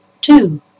Two